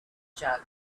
jug